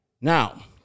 Now